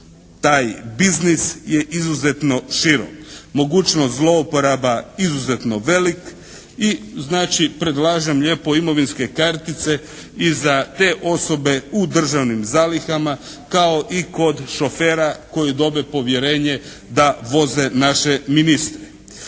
taj biznis je izuzetno širok, mogućnost zlouporaba izuzetno velik i znači predlažem lijepo imovinske kartice i za te osobe u Državnim zalihama kao i kod šofera koji dobe povjerenje da voze naše ministre.